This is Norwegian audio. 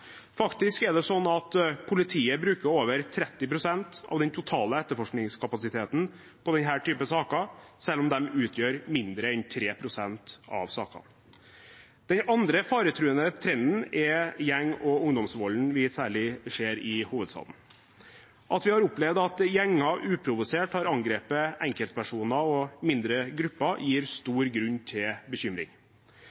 Faktisk er det slik at politiet bruker over 30 pst. av den totale etterforskningskapasiteten på denne typen saker, selv om de utgjør mindre enn 3 pst. av sakene. Den andre faretruende trenden er gjeng- og ungdomsvolden vi særlig ser i hovedstaden. At vi har opplevd at gjenger uprovosert har angrepet enkeltpersoner og mindre grupper, gir